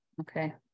Okay